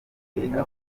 abazungu